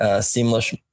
seamless